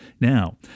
Now